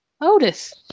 Otis